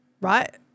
right